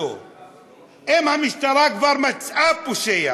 אם המשטרה כבר מצאה פושע,